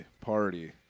party